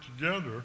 together